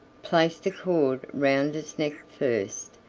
placed the cord round its neck first,